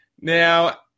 Now